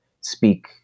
speak